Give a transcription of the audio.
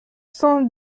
cent